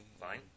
Fine